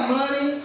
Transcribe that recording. money